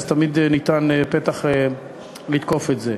ותמיד ניתן פתח לתקוף את זה.